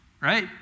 right